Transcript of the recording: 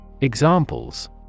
Examples